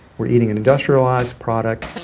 we're eating an industrialized product,